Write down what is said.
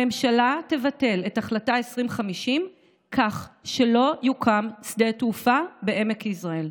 הממשלה "תבטל את החלטה 2050 כך שלא יוקם שדה תעופה בעמק יזרעאל".